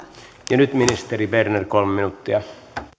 tätä nyt ministeri berner kolme minuuttia